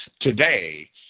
Today